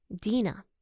Dina